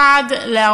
מחד גיסא,